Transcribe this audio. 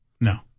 No